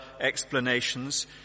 explanations